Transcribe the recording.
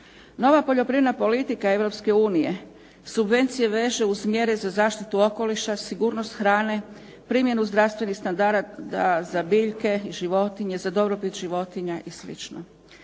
Nova poljoprivredna politika Europske unije subvencije veže uz mjere za zaštitu okoliša, sigurnost hrane, primjenu zdravstvenih standarda za biljke, životinje, za dobrobit životinja i